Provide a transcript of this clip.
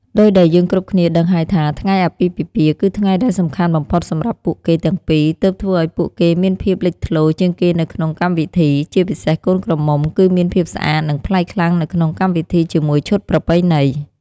ដូចដែរយើងគ្រប់គ្នាដឹងហើយថា ថ្ងៃអាពាហ៍ពិពាហ៍គឺថ្ងៃដែលសំខាន់បំផុតសម្រាប់ពួកគេទាំងពីរ ទើបធ្វើឲ្យពួកគេមានភាពលេចធ្លោជាងគេនៅក្នុងកម្មវិធី ជាពិសេសកូនក្រមុំ គឺមានភាពស្អាតនិងប្លែកខ្លាំងនៅក្នុងកម្មវិធីជាមួយឈុតប្រពៃណី។